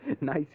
Nice